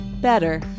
better